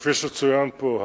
כפי שצוין פה,